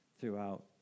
throughout